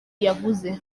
yavuze